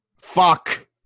Fuck